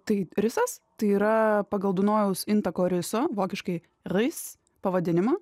tai risas tai yra pagal dunojaus intako riso vokiškai ris pavadinimą